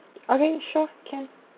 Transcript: okay sure can